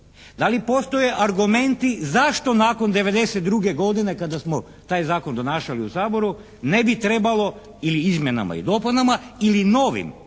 Da li postoje argumenti zašto nakon 1992. godine kada smo taj Zakon donašali u Saboru ne bi trebalo ili izmjenama i dopunama ili novim,